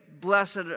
blessed